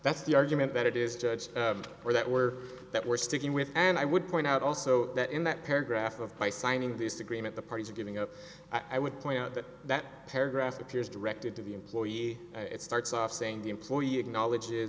that's the argument that it is judge or that we're that we're sticking with and i would point out also that in that paragraph of by signing this agreement the parties are giving up i would point out that that paragraph appears directed to the employee it starts off saying the employee acknowledge